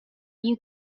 you